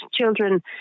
children